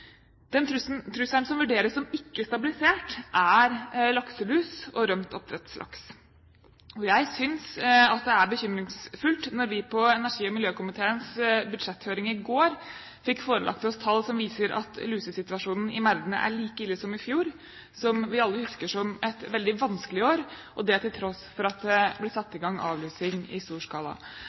Den trusselen som vurderes som ikke-stabilisert, er lakselus og rømt oppdrettslaks. Jeg synes at det er bekymringsfullt når vi på energi- og miljøkomiteens budsjetthøring i går fikk forelagt oss tall som viser at lusesituasjonen i merdene er like ille som i fjor, som vi alle husker som et veldig vanskelig år, og det til tross for at det ble satt i gang avlusing i stor skala.